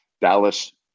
Dallas